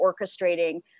orchestrating